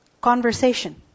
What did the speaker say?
conversation